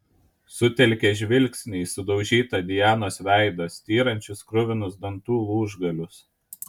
sutelkė žvilgsnį į sudaužytą dianos veidą styrančius kruvinus dantų lūžgalius